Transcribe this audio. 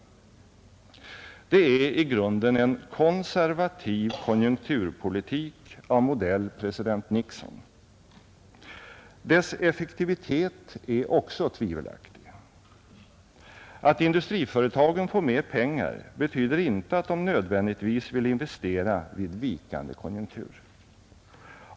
Det är i grunden en konservativ konjunkturpolitik av modell president Nixon. Dess effektivitet är också tvivelaktig. Att industriföretagen får mer pengar betyder inte att de nödvändigtvis vill investera vid vikande konjunktur.